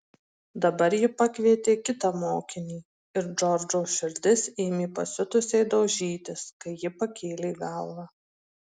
dabar ji pakvietė kitą mokinį ir džordžo širdis ėmė pasiutusiai daužytis kai ji pakėlė galvą